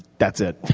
that's it.